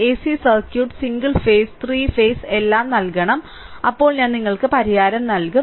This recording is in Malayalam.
AC circuit single phase three phase എല്ലാം നൽകണം അപ്പോൾ ഞാൻ നിങ്ങൾക്ക് പരിഹാരം നൽകും